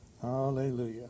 Hallelujah